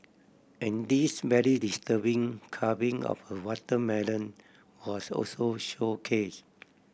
and this very disturbing carving of a watermelon was also showcase